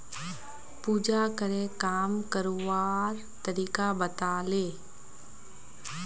पूजाकरे काम करवार तरीका बताले